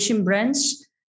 brands